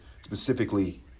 specifically